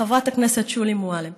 לחברת הכנסת שולי מועלם.